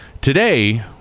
Today